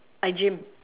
I gym